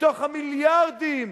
מתוך המיליארדים